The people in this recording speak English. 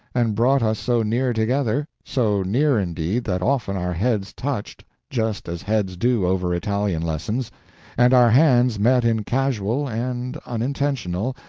and brought us so near together so near, indeed, that often our heads touched, just as heads do over italian lessons and our hands met in casual and unintentional,